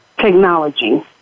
technology